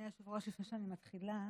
ושבעה לאופוזיציה.